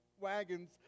wagons